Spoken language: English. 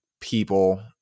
people